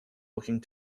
looking